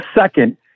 second